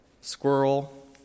squirrel